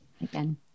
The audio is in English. again